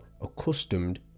accustomed